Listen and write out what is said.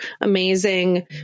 amazing